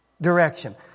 direction